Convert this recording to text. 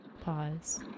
pause